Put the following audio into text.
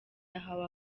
yahawe